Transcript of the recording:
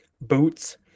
boots